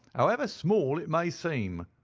however small it may seem.